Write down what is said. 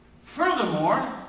Furthermore